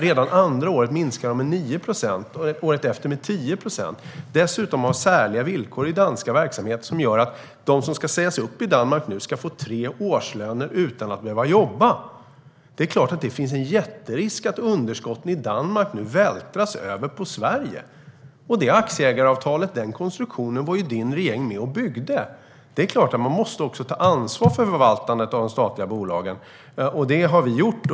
Redan andra året minskade de med 9 procent och året efter med 10 procent. Dessutom har den danska verksamheten särliga villkor som gör att de som ska sägas upp i Danmark nu ska få tre årslöner utan att behöva jobba. Det är klart att det finns en jätterisk att underskotten i Danmark nu vältras över på Sverige - och det aktieägaravtalet, den konstruktionen, var Edward Riedls regering med och byggde. Det är klart att man också måste ta ansvar för förvaltandet av de statliga bolagen. Det har vi gjort.